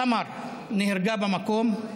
סמר נהרגה במקום,